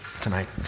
tonight